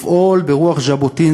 לפעול נגד הטרור ברוח ז'בוטינסקי,